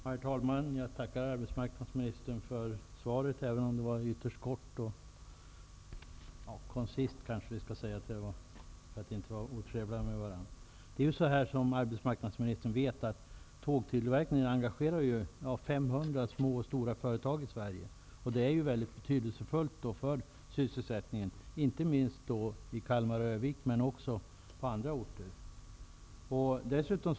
Herr talman! Jag tackar arbetsmarknadsministern för svaret, även om detta var ytterst kort. För att inte vara otrevlig kan jag säga att det var koncist. Som arbetsmarknadsministern vet engagerar tågtillverkningen 500 små och stora företag i Sverige. Detta är väldigt betydelsefullt för sysselsättningen, inte minst i Kalmar och Örnsköldsvik. Men också andra orter är aktuella.